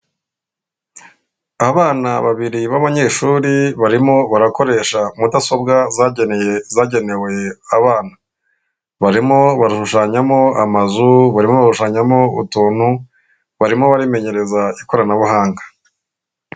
Abana babiri b'abanyeshuri barimo barakoresha mudasobwa zageneye zagenewe abana, barimo barashushanyamo amazu, barimo barashushanyamo utuntu, barimo barimenyereza ikoranabuhanga.